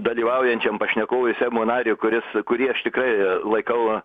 dalyvaujančiam pašnekovui seimo nariui kuris kurį aš tikrai laikau